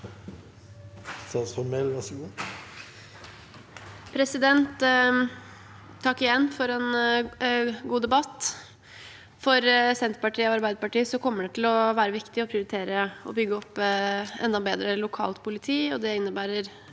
Takk igjen for en god debatt. For Senterpartiet og Arbeiderpartiet kommer det til å være viktig å prioritere å bygge opp et enda bedre lokalt politi, og det innebærer